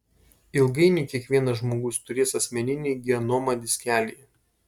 ilgainiui kiekvienas žmogus turės asmeninį genomą diskelyje